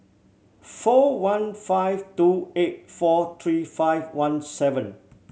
four one five two eight four three five one seven